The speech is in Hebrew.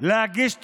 להגיש תוכניות,